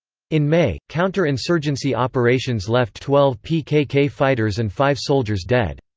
in may, counter-insurgency operations left twelve pkk fighters and five soldiers dead.